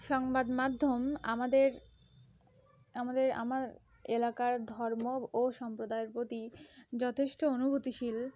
সংবাদ মাধ্যম আমাদের আমাদের আমার এলাকার ধর্ম ও সম্প্রদায়ের প্রতি যথেষ্ট অনুভূতিশীল